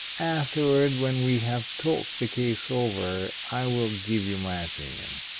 afterward, when we have talked the case over, i will give you my opinion.